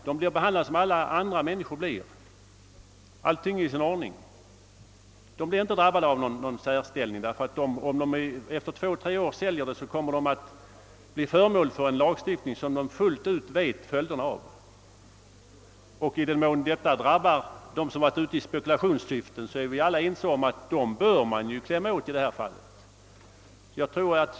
De blir behandlade som alla andra — allt är i sin ordning. De drabbas inte på något särskilt sätt, utan om de efter två eller tre år säljer fastigheten gäller en lagstiftning som de fullt ut vet följderna av. Och i den mån retroaktiviteten drabbar den som gjort affärer i spekulationssyfte är vi ju ense om att vederbörande skall klämmas it.